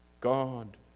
God